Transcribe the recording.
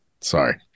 Sorry